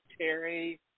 Terry